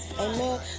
amen